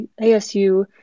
ASU